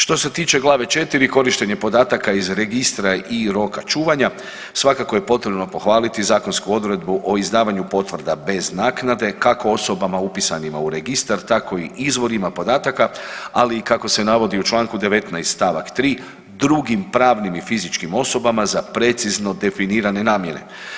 Što se tiče Glave 4. korištenje podataka iz registra i roka čuvanja, svakako je potrebno pohvaliti zakonsku odredbu o izdavanju potvrda bez naknade kako osobama upisanima u registar tako i izvorima podataka, ali i kako se navodi u Članku 19. stavak 3. drugim pravnim i fizičkim osobama za precizno definirane namjene.